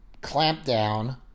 clampdown